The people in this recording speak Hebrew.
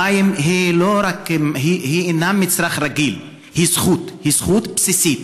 המים אינם מצרך רגיל, הם זכות, זכות בסיסית.